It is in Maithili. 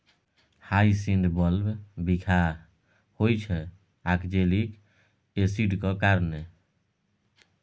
हाइसिंथ बल्ब बिखाह होइ छै आक्जेलिक एसिडक कारणेँ